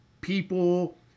people